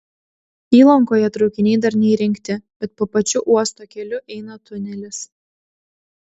įlankoje traukiniai dar neįrengti bet po pačiu uosto keliu eina tunelis